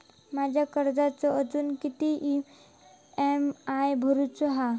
माझ्या कर्जाचो अजून किती ई.एम.आय भरूचो असा?